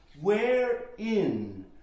wherein